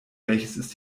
welches